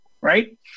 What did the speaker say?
right